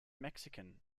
mexican